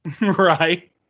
Right